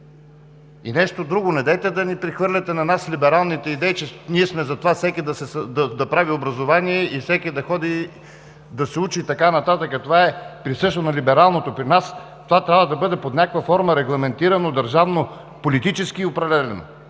И нещо друго: недейте да ни прехвърляте на нас либералните идеи, че ние сме за това всеки да прави образование и всеки да ходи да се учи, и така нататък. Това е присъщо на либералното, а при нас това трябва да бъде регламентирано под някаква форма, държавно, политически определено,